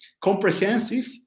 comprehensive